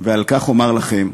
ועל כך אומר לכם,